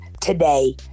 today